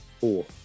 Four